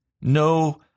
no